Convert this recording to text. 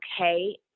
okay